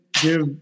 give –